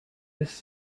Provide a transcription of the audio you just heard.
this